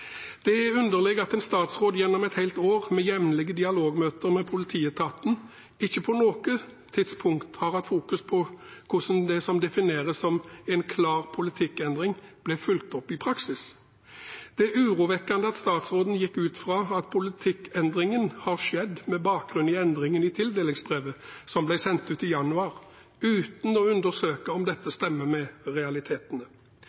Det er underlig at en statsråd gjennom et helt år med jevnlige dialogmøter med politietaten ikke på noe tidspunkt har fokusert på hvordan det som defineres som «en klar politikkendring», ble fulgt opp i praksis. Det er urovekkende at statsråden gikk ut fra at politikkendringen har skjedd med bakgrunn i endringen i tildelingsbrevet som ble sendt ut i januar, uten å undersøke om dette stemmer med realitetene.